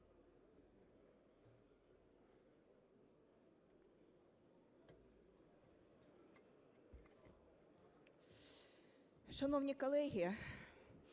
Шановні колеги,